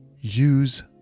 use